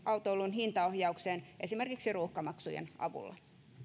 hintaohjaukseen esimerkiksi ruuhkamaksujen avulla